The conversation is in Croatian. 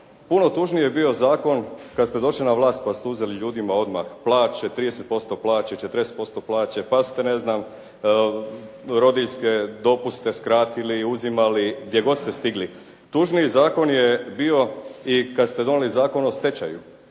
Puno tužniji je bio zakon kad ste došli na vlast pa ste uzeli ljudima odmah plaće, 30% plaće, 40% plaće, pa ste ne znam, rodiljne dopuste skratili, uzimali gdje god ste stigli. Tužniji zakon je bio i kad ste donijeli Zakon o stečaju,